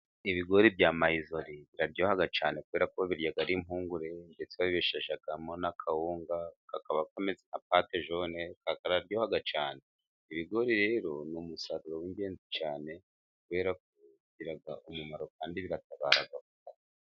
Ibigori bya mayizori biraryoha cyane kubera ko babirya ari impungure, ndetse babisheshamo n'akawunga kakaba kameze nka pate jone, kararyoha cyane. Ibigori rero ni umusaruro w'ingenzi cyane, kubera ko bigira umumaro kandi biratabara vuba.